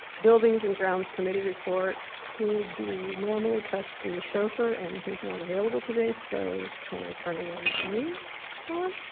buildings and grounds committee report would be normally trustee schoffer and he's not available today so can i turn it over to you don?